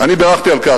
בירכתי על כך